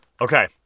Okay